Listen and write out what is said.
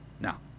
Now